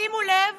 שימו לב